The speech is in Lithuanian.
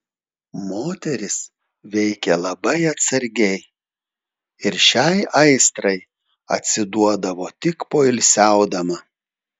moteris veikė labai atsargiai ir šiai aistrai atsiduodavo tik poilsiaudama